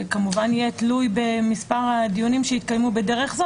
זה כמובן יהיה תלוי במספר הדיונים שיתקיימו בדרך זו.